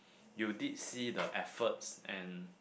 you did see the efforts and